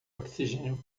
oxigênio